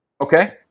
Okay